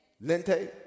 Lente